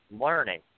learning